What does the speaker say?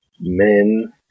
men